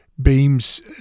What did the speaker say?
beams